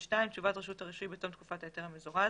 3י2.תשובת רשות הרישוי בתום תקופת ההיתר המזורז